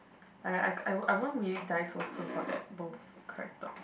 I I I won't I won't really die so soon for that both character